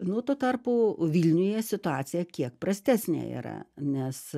nu tuo tarpu vilniuje situacija kiek prastesnė yra nes